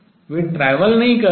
वे travel यात्रा नहीं कर रहे हैं